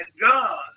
God